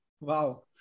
Wow